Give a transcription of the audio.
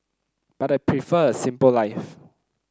but I prefer a simple life